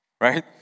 right